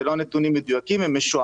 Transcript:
אלה לא נתונים מדויקים אלא הם משוערים.